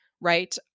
right